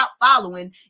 following